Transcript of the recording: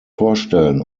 vorstellen